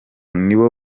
nibo